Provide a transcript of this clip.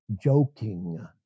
Joking